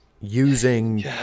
using